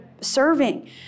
serving